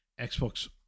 Xbox